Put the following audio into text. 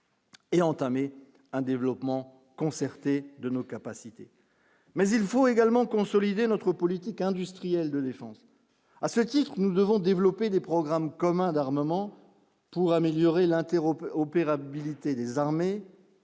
Et entamer un développement concerté de nos capacités, mais il faut également consolider notre politique industrielle de défense, à ce titre, nous devons développer des programmes communs d'armement pour améliorer l'interrompent opérabilité armées